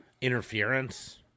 interference